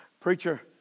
preacher